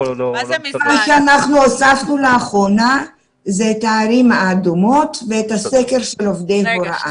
מה שהוספנו לאחרונה זה את הערים האדומות ואת הסקר של עובדי ההוראה.